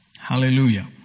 Hallelujah